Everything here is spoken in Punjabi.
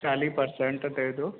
ਚਾਲੀ ਪ੍ਰਸੈਂਟ ਦੇ ਦੋ